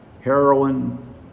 Heroin